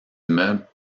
immeubles